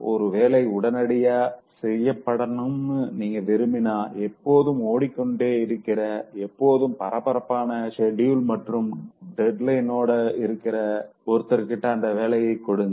ஒரு வேலை உடனடியா செய்யப்படனும்னு நீங்க விரும்பினா எப்போதும் ஓடிக்கொண்டே இருக்கிற எப்போதும் பரபரப்பான ஷெட்யூல் மற்றும் டெட்லைனோடு இருக்கிற ஒருத்தர்கிட்ட அந்த வேலைய கொடுங்க